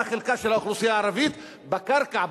מה חלקה של האוכלוסייה הערבית בקרקע,